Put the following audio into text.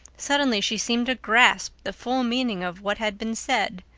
suddenly she seemed to grasp the full meaning of what had been said.